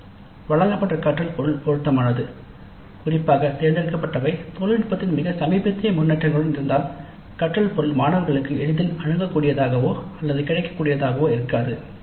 "வழங்கப்பட்ட கற்றல் பொருள் பொருத்தமானது" குறிப்பாக தேர்ந்தெடுக்கப்பட்டவை தொழில்நுட்பத்தின் மிக சமீபத்திய முன்னேற்றங்களுடன் இருந்தால் கற்றல் பொருள் மாணவர்களுக்கு எளிதில் அணுகக்கூடியதாகவோ அல்லது கிடைக்கக்கூடியதாகவோ இருக்காது